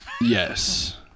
Yes